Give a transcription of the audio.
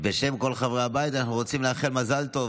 בשם כל חברי הבית אנחנו רוצים לאחל מזל טוב